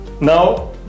now